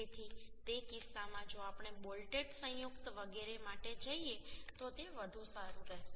તેથી તે કિસ્સામાં જો આપણે બોલ્ટેડ સંયુક્ત વગેરે માટે જઈએ તો તે વધુ સારું રહેશે